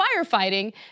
firefighting